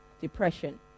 depression